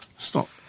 Stop